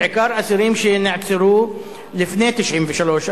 בעיקר אסירים שנעצרו לפני 1993,